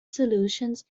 solutions